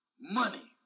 money